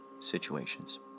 situations